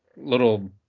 little